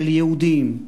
של יהודים,